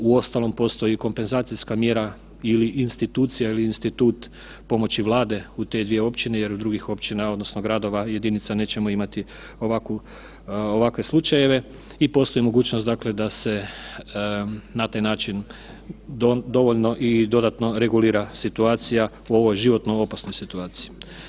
Uostalom postoji kompenzacijska mjera ili institucija ili institut pomoći Vlade u te dvije općine jer drugih općina odnosno gradova jedinica nećemo imati ovakve slučajeve i postoji mogućnost dakle da se na taj način dovoljno i dodatno regulira situacija u ovoj životno opasnoj situaciji.